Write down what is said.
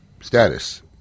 Status